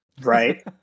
right